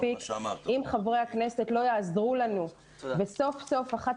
אם חברי הכנסת לא יעזרו לנו וסוף סוף אחת